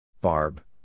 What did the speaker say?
Barb